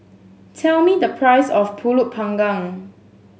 tell me the price of Pulut Panggang